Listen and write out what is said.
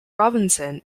robinson